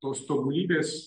tos tobulybės